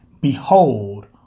Behold